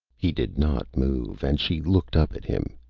he did not move, and she looked up at him.